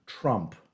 Trump